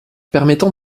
permettant